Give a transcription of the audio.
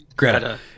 Greta